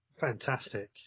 Fantastic